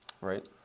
Right